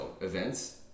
events